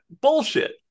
Bullshit